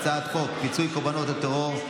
הצעת חוק פיצויי קורבנות הטרור,